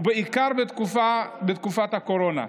ובעיקר בתקופת הקורונה,